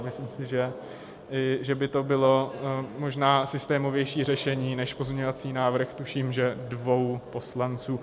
Myslím si, že by to bylo možná systémovější řešení než pozměňovací návrh, tuším že dvou poslanců.